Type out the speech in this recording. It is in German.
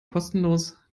kostenlos